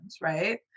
right